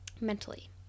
mentally